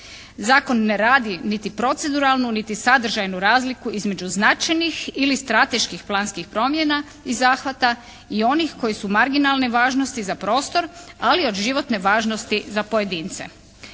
Zakon ne radi niti proceduralnu, niti sadržajnu razliku između značajnih ili strateških planskih promjena i zahvata i onih koji su marginalne važnosti za prostor ali od životne važnosti za pojedince.